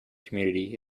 community